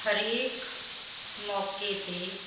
ਹਰੇਕ ਮੌਕੇ ਤੇ